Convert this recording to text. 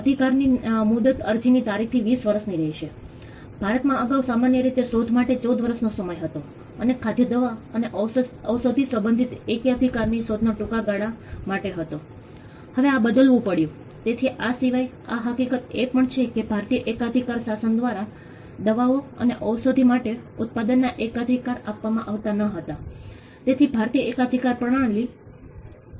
સ્થાનિક સમુદાય આ પ્રક્રિયામાં મુખ્ય અભિનેતામાંનો એક મુખ્ય જાણકાર હતો અને MCGM અથવા મ્યુનિસિપલ કોર્પોરેશનોએ અમને લોજિસ્ટિક્સ સપોર્ટ પૂરા પાડવામાં મદદ કરી લોકો સાથે તાલમેલ બનાવવામાં મદદ કરી તેમ ધાર્મિક અને રાજકીય સંગઠનોએ જણાવ્યું છે